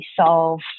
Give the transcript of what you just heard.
solve